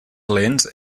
lents